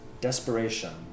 desperation